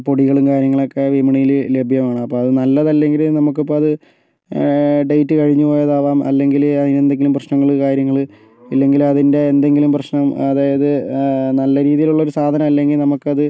പൊടികളും കാര്യങ്ങളൊക്കെ വിപണിയിൽ ലഭ്യമാണ് അപ്പോൾ അത് നല്ലതല്ലെങ്കിൽ നമുക്കിപ്പോൾ അത് ഡേറ്റ് കഴിഞ്ഞ് പോയതാകാം അല്ലെങ്കിൽ എന്തെങ്കിലും പ്രശ്നങ്ങൾ കാര്യങ്ങൾ ഇല്ലെങ്കിൽ അതിൻ്റെ എന്തെങ്കിലും പ്രശ്നം അതായത് നല്ല രീതിയിലുള്ള ഒരു സാധനം അല്ലെങ്കിൽ നമുക്കത്